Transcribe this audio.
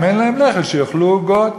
אם אין להם לחם, שיאכלו עוגות.